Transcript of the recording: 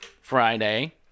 Friday